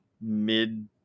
mid